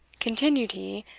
continued he,